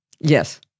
Yes